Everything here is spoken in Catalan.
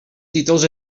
títols